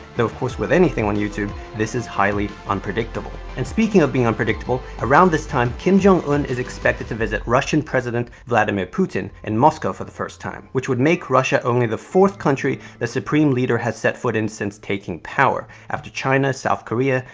though, of course, with anything on youtube, this is highly unpredictable. and speaking of being unpredictable, around this time, kim jong-un is expected to visit russian president vladimir putin in moscow for the first time, which would make russia only the fourth country the supreme leader has set foot in since taking power, after china, south korea,